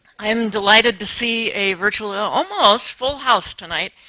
i am delighted to see a virtually almost full house tonight.